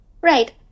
Right